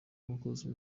mukozi